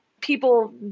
people